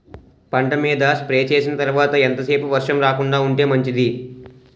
పంట మీద స్ప్రే చేసిన తర్వాత ఎంత సేపు వర్షం రాకుండ ఉంటే మంచిది?